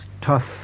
tough